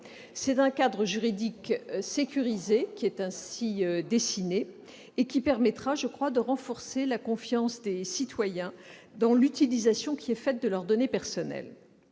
Le cadre juridique sécurisé ainsi dessiné permettra de renforcer la confiance des citoyens dans l'utilisation qui est faite de leurs données personnelles.